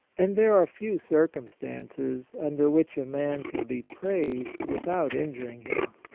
and there are few circumstances under which a man can be praised without injuring him.